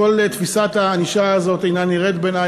כל תפיסת הענישה הזאת אינה נראית בעיני,